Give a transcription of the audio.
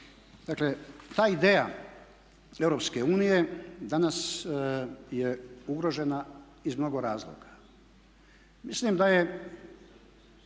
Dakle ta ideja Europske unije danas je ugrožena iz mnogo razloga. Mislim da je